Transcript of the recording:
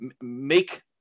make